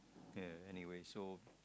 anyways so